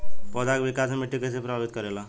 पौधा के विकास मे मिट्टी कइसे प्रभावित करेला?